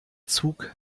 zug